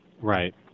Right